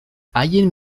haien